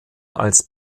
als